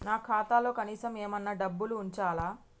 నా ఖాతాలో కనీసం ఏమన్నా డబ్బులు ఉంచాలా?